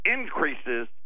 increases